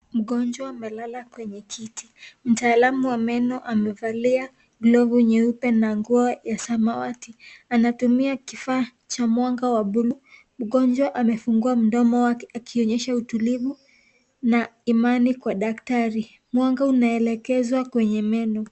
Mgonjwa amelala kwenye kiti, mtaalamu wa meno amevalia glovu nyeupe na nguo ya samawati, anatumia kifaa cha mwanga wa bluu, mgonjwa amefungua mdomo wake akionyesha utulivu na imani Kwa daktari mwanga unaelekezwa kwenye meno.